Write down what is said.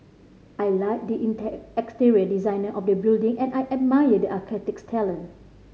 I like the exterior design of the building and I admire the architect's talent